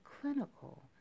clinical